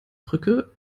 brücke